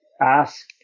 ask